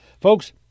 Folks